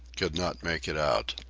could not make it out.